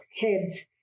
heads